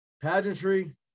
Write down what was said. Pageantry